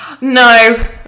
no